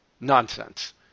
nonsense